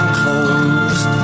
closed